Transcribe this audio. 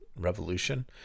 revolution